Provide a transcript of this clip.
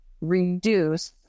reduce